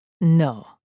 No